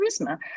charisma